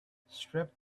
strip